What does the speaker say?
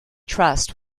trust